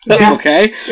okay